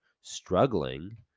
struggling